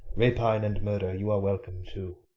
rapine and murder, you are welcome too.